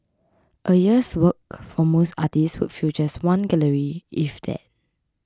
a year's work for most artists would fill just one gallery if that